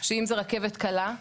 שאם זה רכבת קלה,